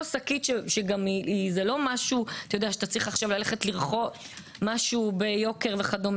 שקית שזה לא משהו שאתה צריך משהו ביוקר וכו'.